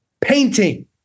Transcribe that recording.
Painting